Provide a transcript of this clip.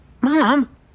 Mom